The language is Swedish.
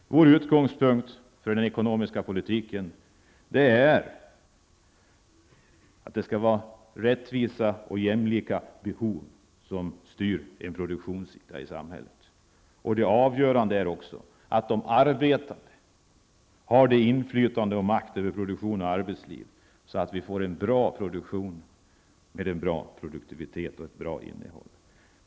Vår utgångspunkt för den ekonomiska politiken är att det skall vara rättvisa och jämlika behov som styr produktionen i samhället. Det avgörande är att de arbetande har det inflytande och den makt över produktion och arbetsliv som behövs för att vi skall kunna få en bra produktion, bra produktivitet och ett bra innehåll.